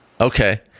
Okay